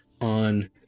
on